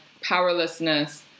powerlessness